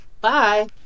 Bye